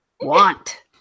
Want